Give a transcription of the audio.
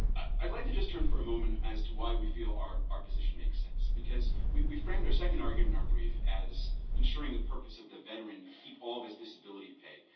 i'd like to just turn for a moment as to why we feel our our position makes sense, because we we framed our second argument in our brief as ensuring the purpose of the veteran keep all of his disability pay,